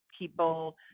people